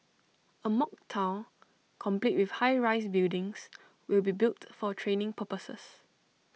A mock Town complete with high rise buildings will be built for training purposes